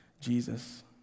Jesus